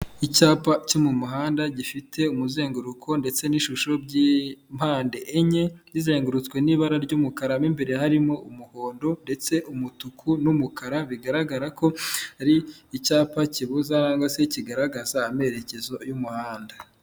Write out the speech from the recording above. Icyapa cyo mu muhanda gifite umuzenguruko ndetse n'ishusho by'impande enye, rizengurutswe n'ibara ry'umukara mo imbere harimo umuhondo ndetse umutuku n'umukara, bigaragara ko ari icyapa kibuza cyangwa se kigaragaza amerekezo y'umuhanda.